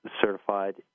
certified